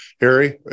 Harry